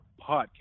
podcast